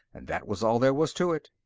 and that was all there was to it.